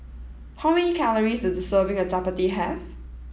how many calories does a serving of Chappati have